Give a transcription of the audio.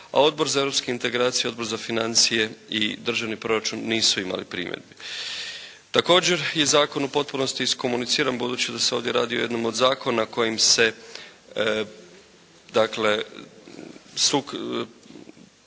A Odbor za europske integracije i Odbor za financije i državni proračun nisu imali primjedbi. Također je zakon u potpunosti iskomuniciran budući da se ovdje radi o jednom od zakona kojim se dakle,